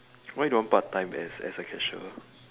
why don't want part-time as as a cashier